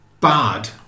bad